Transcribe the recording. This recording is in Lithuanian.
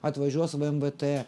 atvažiuos vmvt